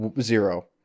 Zero